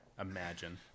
Imagine